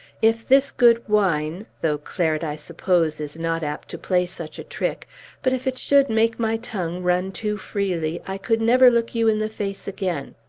if this good wine though claret, i suppose, is not apt to play such a trick but if it should make my tongue run too freely, i could never look you in the face again.